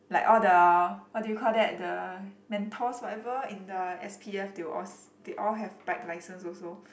like all the what do you call that the mentors whatever in the S_p_F they were all s~ they all have bike licence also